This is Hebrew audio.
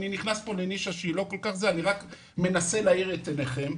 אני רק מנסה להאיר את עיניכם.